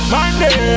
Monday